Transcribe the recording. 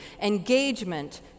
engagement